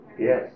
Yes